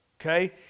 okay